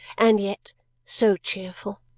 and yet so cheerful!